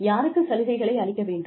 யாருக்குச் சலுகைகளை அளிக்க வேண்டும்